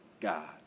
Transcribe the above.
God